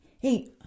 hey